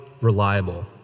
reliable